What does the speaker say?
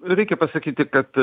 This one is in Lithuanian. reikia pasakyti kad